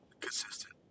consistent